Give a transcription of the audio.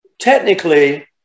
technically